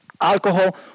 Alcohol